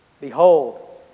Behold